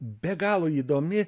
be galo įdomi